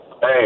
Hey